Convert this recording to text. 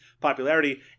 popularity